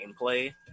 gameplay